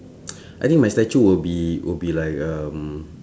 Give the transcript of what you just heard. I think my statue will be will be like um